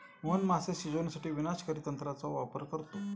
मोहन मासे शिजवण्यासाठी विनाशकारी तंत्राचा वापर करतो